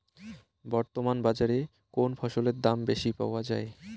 বর্তমান বাজারে কোন ফসলের দাম বেশি পাওয়া য়ায়?